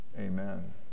Amen